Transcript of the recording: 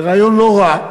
זה רעיון לא רע.